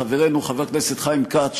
חברנו חבר הכנסת חיים כץ,